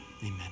Amen